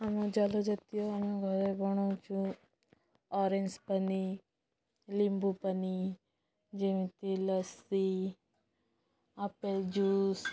ଆମ ଜଳ ଜାତୀୟ ଆମେ ଘରେ ବନାଉଛୁ ଅରେଞ୍ଜ ପାଣି ଲେମ୍ବୁ ପାଣି ଯେମିତି ଲସି ଆପେଲ୍ ଜୁସ୍